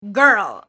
girl